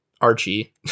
Archie